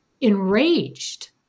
enraged